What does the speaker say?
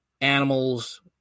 animals